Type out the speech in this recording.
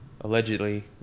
allegedly